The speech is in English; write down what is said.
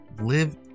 Live